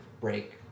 break